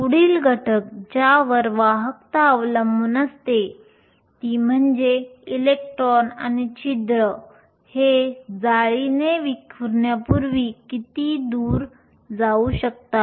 पुढील घटक ज्यावर वाहकता अवलंबून असते ते म्हणजे इलेक्ट्रॉन आणि छिद्र हे जाळीने विखुरण्यापूर्वी किती विखुरले जाऊ शकतात